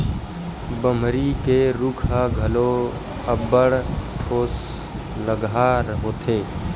बमरी के रूख ह घलो अब्बड़ ठोसलगहा होथे